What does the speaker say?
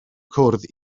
cwrdd